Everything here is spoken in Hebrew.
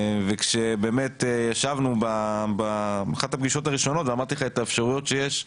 וכשבאמת ישבנו באחת הפגישות הראשונות ואמרתי לך את האפשרויות שיש,